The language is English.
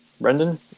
Brendan